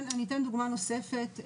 דוגמה נוספת,